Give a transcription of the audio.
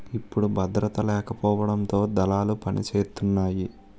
ఇప్పుడు భద్రత లేకపోవడంతో దళాలు పనిసేతున్నాయి